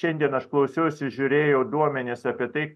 šiandien aš klausiausi žiūrėjau duomenis apie tai